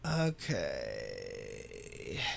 Okay